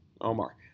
Omar